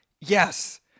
Yes